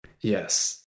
Yes